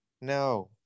No